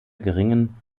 geringen